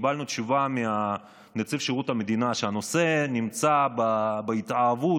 קיבלנו תשובה מנציב שירות המדינה שהנושא נמצא בהתהוות,